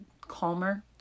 calmer